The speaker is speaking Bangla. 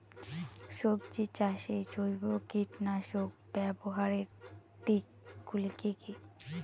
সবজি চাষে জৈব কীটনাশক ব্যাবহারের দিক গুলি কি কী?